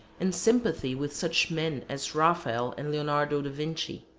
in sympathy with such men as raphael and leonardo de vinci.